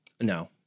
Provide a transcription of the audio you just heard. No